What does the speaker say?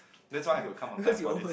that's why I could come on time for this